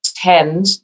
Tend